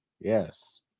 yes